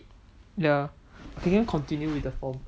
ya can you continue with the form